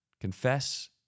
Confess